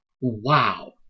wow